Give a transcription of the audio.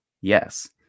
yes